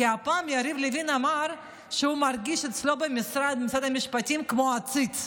כי פעם יריב לוין אמר שהוא מרגיש אצלו במשרד המשפטים כמו עציץ.